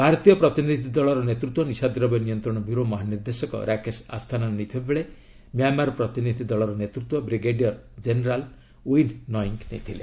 ଭାରତୀୟ ପ୍ରତିନିଧି ଦଳର ନେତୃତ୍ୱ ନିଶାଦ୍ରବ୍ୟ ନିୟନ୍ତ୍ରଣ ବ୍ୟୁରୋ ମହାନିର୍ଦ୍ଦେଶକ ରାକେଶ ଆସ୍ଥାନା ନେଇଥିବା ବେଳେ ମ୍ୟାମାର୍ ପ୍ରତିନିଧି ଦଳର ନେତୃତ୍ୱ ବ୍ରିଗେଡିୟର୍ ଜେନେରାଲ୍ ଓ୍ୱିନ୍ ନଇଙ୍ଗ୍ ନେଇଥିଲେ